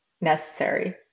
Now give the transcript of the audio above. necessary